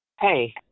Hey